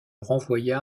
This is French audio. renvoya